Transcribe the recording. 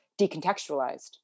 decontextualized